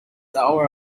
hour